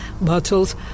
bottles